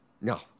No